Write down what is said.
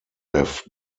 have